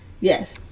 Yes